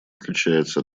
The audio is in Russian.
отличается